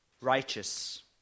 righteous